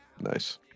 Nice